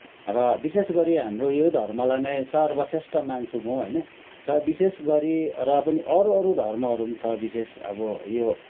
र विशेष गरी हाम्रो यो धर्मलाई नै सर्वश्रेष्ठ मान्छु म होइन र विशेष गरी र पनि अरू अरू धर्महरू पनि छ विशेष अब यो